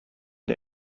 der